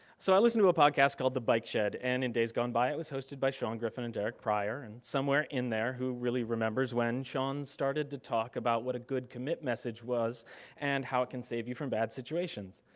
so, i listen to a podcast called the bike shed and in days gone by it was hosted by sean griffin and derek prior. and somewhere in there, who really remembers when, sean started to talk about what a good commit message was and how it can save you form bad situations.